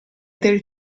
del